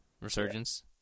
Resurgence